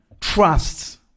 trusts